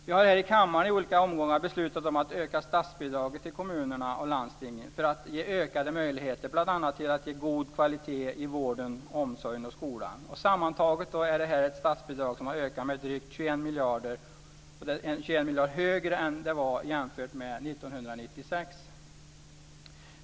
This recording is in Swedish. Vi har här i kammaren i olika omgångar beslutat om att öka statsbidraget till kommuner och landsting för att ge ökade möjligheter till god kvalitet i vården, omsorgen och skolan. Sammantaget ökar statsbidragen och är drygt 21 miljarder högre i år än jämfört med 1996.